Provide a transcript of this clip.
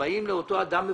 כשבאים לאותו אדם מבוגר,